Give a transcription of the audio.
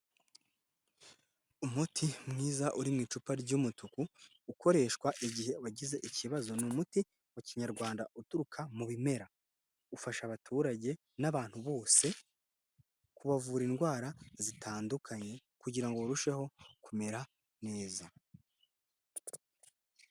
Umuti mwiza uri mu icupa ry'umutuku ukoreshwa igihe wagize ikibazo. Ni umuti wa Kinyarwanda uturuka mu bimera. Ufasha abaturage n'abantu bose kubavura indwara zitandukanye kugira ngo barusheho kumera neza.